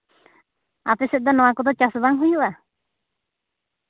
ᱟᱯᱮ ᱥᱮᱫ ᱫᱚ ᱱᱚᱣᱟ ᱠᱚᱫᱚ ᱪᱟᱥ ᱵᱟᱝ ᱦᱩᱭᱩᱜᱼᱟ